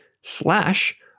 slash